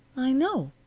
i know,